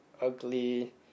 ugly